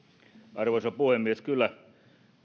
arvoisa puhemies kyllä